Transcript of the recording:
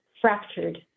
fractured